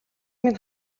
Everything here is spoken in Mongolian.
минь